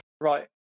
right